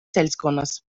seltskonnas